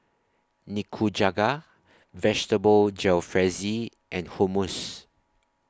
Nikujaga Vegetable Jalfrezi and Hummus